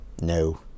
no